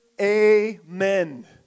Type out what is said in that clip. Amen